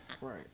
right